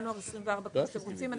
הם